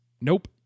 nope